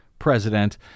president